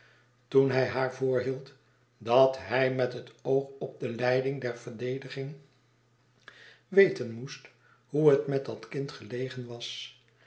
toen hij haar voorhield dat hij met het oog op de leiding der verdediging weten moest hoe het met dat kind gelegen was